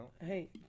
hey